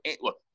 look